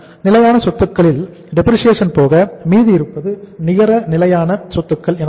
நிலையான சொத்துக்களில் டெப்ரிசியேசன் போக மீதி இருப்பது நிகர நிலையான சொத்துக்கள் எனப்படும்